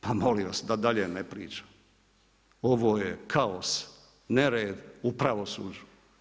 Pa molim vas, da dalje ne pričam, ovo je kaos, nered u pravosuđu.